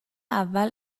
اول